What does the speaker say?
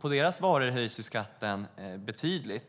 På deras PVC-golv kommer skatten att höjas betydligt.